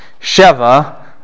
Sheva